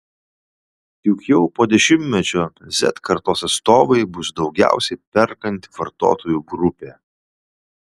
juk jau po dešimtmečio z kartos atstovai bus daugiausiai perkanti vartotojų grupė